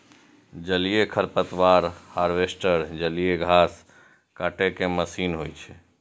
जलीय खरपतवार हार्वेस्टर जलीय घास काटै के मशीन होइ छै